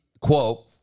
Quote